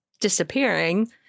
disappearing